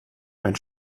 wenn